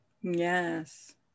Yes